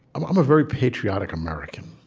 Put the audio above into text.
i'm i'm a very patriotic american.